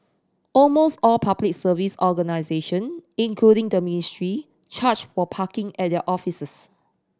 almost all Public Service organisation including the ministry charge for parking at their offices